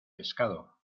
pescado